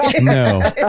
no